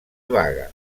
vaga